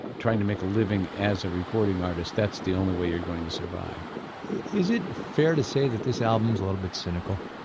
trying to make a living as a recording artist, that's the only way you're going to survive is it fair to say that this album is a little bit cynical?